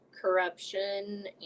corruption